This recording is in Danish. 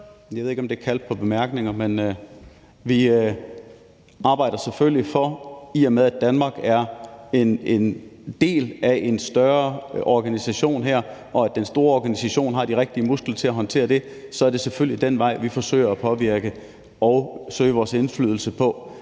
Jeg ved ikke, om det kaldte på bemærkninger, men i og med at Danmark er en del af en større organisation her, og at den store organisation har de rigtige muskler til at håndtere det, så er det selvfølgelig den vej, vi forsøger at påvirke det og søge indflydelse på,